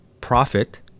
profit